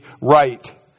right